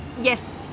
yes